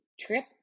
trip